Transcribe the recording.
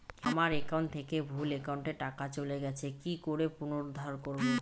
আমার একাউন্ট থেকে ভুল একাউন্টে টাকা চলে গেছে কি করে পুনরুদ্ধার করবো?